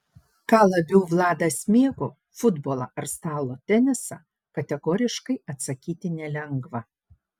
ką labiau vladas mėgo futbolą ar stalo tenisą kategoriškai atsakyti nelengva